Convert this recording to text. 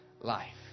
life